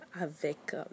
avec